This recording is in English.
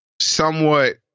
somewhat